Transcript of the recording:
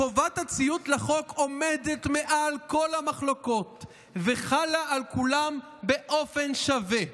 "חובת הציות לחוק עומדת מעל כל המחלוקות וחלה על כולם באופן שווה,